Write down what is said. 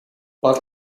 but